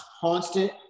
constant